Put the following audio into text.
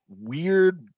weird